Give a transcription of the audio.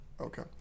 okay